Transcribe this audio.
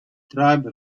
tribe